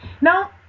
Now